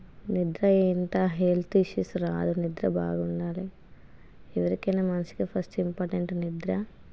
నిద్ర ఎంత health issues రాదు నిద్ర బాగుండాలి ఎవరికైనా మంచిగా ఫస్ట్ ఇంపార్టెంట్ నిద్ర